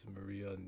Maria